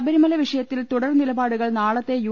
ശബരിമല വിഷയത്തിൽ തുടർ നിലപാടുകൾ നാളത്തെ യു